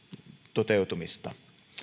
toteutumista